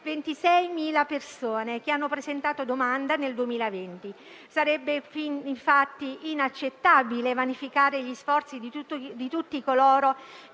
26.000 persone che hanno presentato domanda in quell'anno. Sarebbe infatti inaccettabile vanificare gli sforzi di tutti coloro